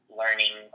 learning